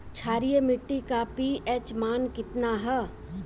क्षारीय मीट्टी का पी.एच मान कितना ह?